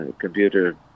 computer